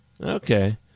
Okay